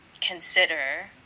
consider